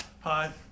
Hi